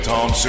Tom